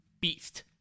Beast